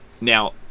now